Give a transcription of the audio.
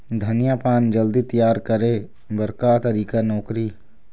धनिया पान जल्दी तियार करे बर का तरीका नोकरी?